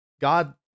God